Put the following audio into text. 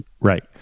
right